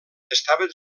estaven